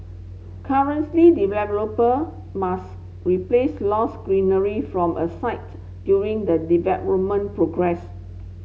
currently developer must replace lost greenery from a site during the development progress